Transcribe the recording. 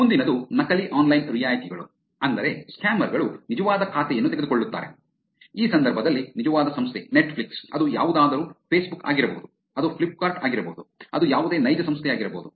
ಮುಂದಿನದು ನಕಲಿ ಆನ್ಲೈನ್ ರಿಯಾಯಿತಿಗಳು ಅಂದರೆ ಸ್ಕ್ಯಾಮರ್ ಗಳು ನಿಜವಾದ ಖಾತೆಯನ್ನು ತೆಗೆದುಕೊಳ್ಳುತ್ತಾರೆ ಈ ಸಂದರ್ಭದಲ್ಲಿ ನಿಜವಾದ ಸಂಸ್ಥೆ ನೆಟ್ಫ್ಲಿಕ್ಸ್ ಅದು ಯಾವುದಾದರೂ ಫೇಸ್ಬುಕ್ ಆಗಿರಬಹುದು ಅದು ಫ್ಲಿಪ್ಕಾರ್ಟ್ ಆಗಿರಬಹುದು ಅದು ಯಾವುದೇ ನೈಜ ಸಂಸ್ಥೆಯಾಗಿರಬಹುದು